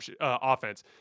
offense